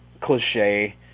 cliche